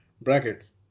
Brackets